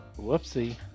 Whoopsie